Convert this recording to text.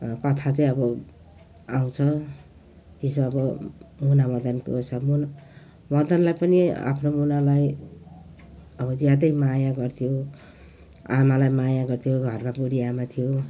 कथा चाहिँ अब आउँछ त्यसो अब मुना मदनको सम्बन्ध मदनले पनि आफ्नो मुनालाई अब ज्यादै माया गर्थ्यो आमालाई माया गर्थ्यो घरमा बुढी आमा थियो